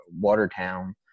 Watertown